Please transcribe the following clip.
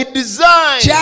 design